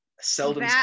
seldom